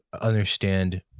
understand